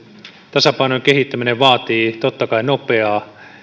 tasapainoinen kehittäminen vaatii totta kai nopeaa